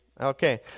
Okay